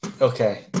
Okay